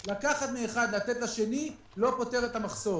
לקחת מאחד ולתת לשני לא פותר את המחסור.